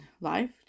life